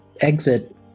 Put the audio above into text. exit